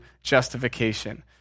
justification